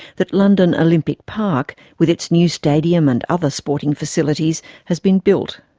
that london olympic park, with its new stadium and other sporting facilities, has been built.